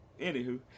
Anywho